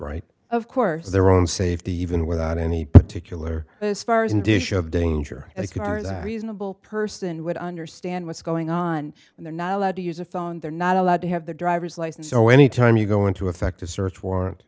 right of course their own safety even without any particular as far as a dish of danger as far as a reasonable person would understand what's going on and they're not allowed to use a phone they're not allowed to have their driver's license so any time you go into effect a search warrant